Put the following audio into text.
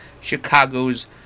Chicago's